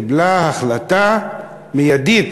קיבלה החלטה מיידית,